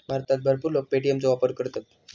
भारतात भरपूर लोक पे.टी.एम चो वापर करतत